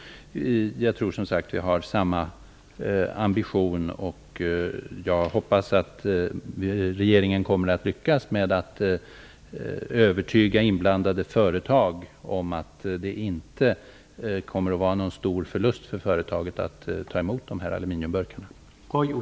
Jag tror alltså att vi har samma ambition. Vidare hoppas jag att regeringen lyckas med att övertyga inblandade företag om att det inte kommer att bli en stor förlust för dem att ta emot aluminiumburkar.